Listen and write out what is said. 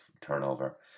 turnover